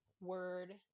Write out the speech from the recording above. word